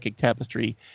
Tapestry